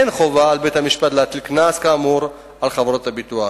אין חובה על בית-המשפט להטיל קנס כאמור על חברות הביטוח.